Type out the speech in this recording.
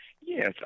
Yes